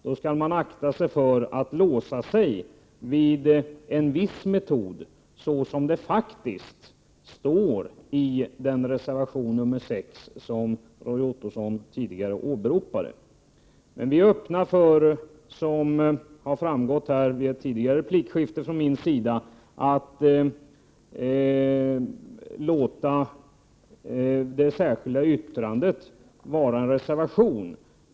Då skall man akta sig för att låsa sig vid en viss metod, såsom det faktiskt står i reservation nr 6, som Roy Ottosson tidigare åberopade. Som har framgått i tidigare replikskifte är vi öppna för att låta det särskilda yttrandet vara en reservation.